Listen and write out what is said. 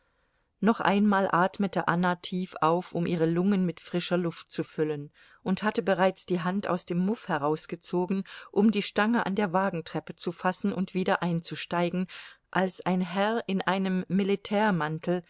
noch einmal atmete anna tief auf um ihre lungen mit frischer luft zu füllen und hatte bereits die hand aus dem muff herausgezogen um die stange an der wagentreppe zu fassen und wieder einzusteigen als ein herr in einem militärmantel